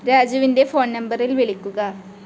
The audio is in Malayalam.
രാജുവിന്റെ ഫോൺ നമ്പറിൽ വിളിക്കുക